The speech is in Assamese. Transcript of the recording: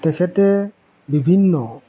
তেখেতে বিভিন্ন